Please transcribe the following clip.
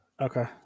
Okay